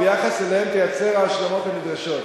וביחס אליהם תייצר ההשלמות הנדרשות.